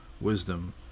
wisdom